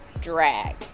drag